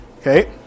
Okay